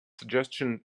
suggestion